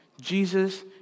Jesus